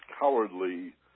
cowardly